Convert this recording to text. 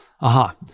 Aha